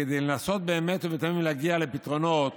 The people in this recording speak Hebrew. אלא כדי לנסות באמת ובתמים להגיע לפתרונות